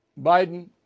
Biden